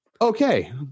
Okay